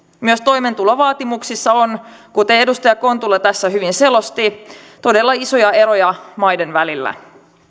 myös toimeentulovaatimuksissa on kuten edustaja kontula tässä hyvin selosti todella isoja eroja maiden välillä